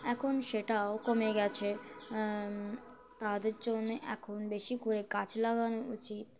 এখন সেটাও কমে গেছে তাদের জন্যে এখন বেশি করে গাছ লাগানো উচিত